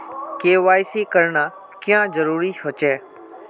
KYC करना क्याँ जरुरी होचे?